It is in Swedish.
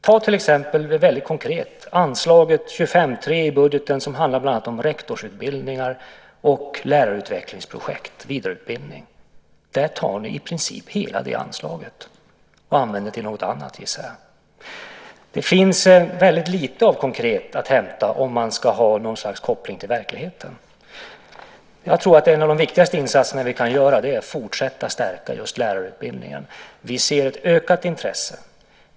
Ta till exempel konkret anslaget 25:3 i budgeten, som handlar bland annat om rektorsutbildningar och lärarutvecklingsprojekt, vidareutbildning. Ni tar i princip hela det anslaget, och använder till något annat, gissar jag. Det finns väldigt lite konkret att hämta om man ska ha något slags koppling till verkligheten. Jag tror att en av de viktigaste insatser som vi kan göra är att fortsätta att stärka just lärarutbildningen. Vi ser ett ökat intresse.